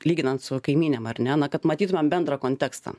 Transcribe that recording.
lyginant su kaimynėm ar ne na kad matytumėm bendrą kontekstą